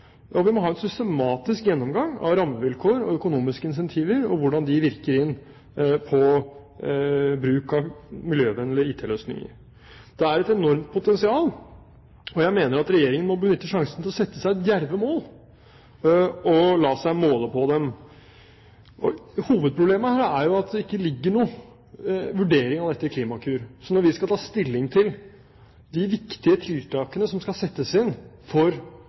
og vi må ha en systematisk gjennomgang av rammevilkår og økonomiske incentiver og hvordan de virker inn på bruk av miljøvennlige IT-løsninger. Det er et enormt potensial, og jeg mener at Regjeringen må benytte sjansen til å sette seg djerve mål, og la seg måle på dem. Hovedproblemet her er at det ikke ligger noen vurdering av dette i Klimakur, så når vi skal ta stilling til de viktige tiltakene som skal settes inn for